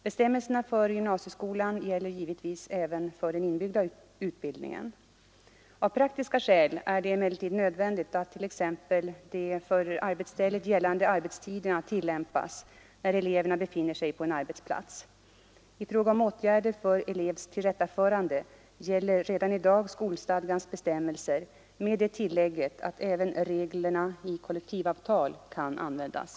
Bestämmelserna för gymnasieskolan gäller givetvis även för den inbyggda utbildningen. Av praktiska skäl är det emellertid nödvändigt att t.ex. de för arbetsstället gällande arbetstiderna tillämpas när eleverna befinner sig på en arbetsplats. I fråga om åtgärder för elevs tillrättaförande gäller redan i dag skolstadgans bestämmelser med det tillägget att även reglerna i kollektivavtal kan användas.